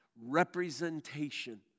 representation